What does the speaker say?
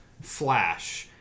Flash